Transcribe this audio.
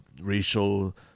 racial